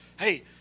Hey